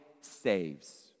saves